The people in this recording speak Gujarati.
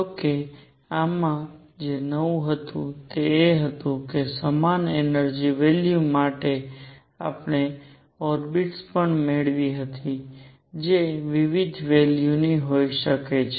જો કે આમાં જે નવું હતું તે એ હતું કે સમાન એનર્જિ વેલ્યુ માટે આપણે ઓર્બિટ્સ પણ મેળવી હતી જે વિવિધ વેલ્યુ ની હોઈ શકે છે